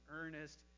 earnest